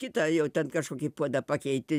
kitą jau ten kažkokį puodą pakeiti